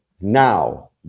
now